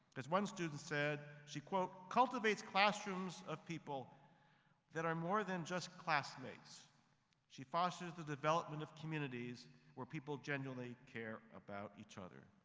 as one student said, she cultivates classrooms of people that are more than just classmates she fosters the development of communities where people genuinely care about each other.